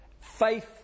faith